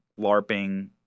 LARPing